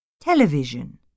Television